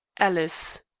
alice.